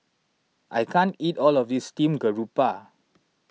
I can't eat all of this Steamed Garoupa